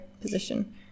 position